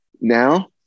Now